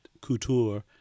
couture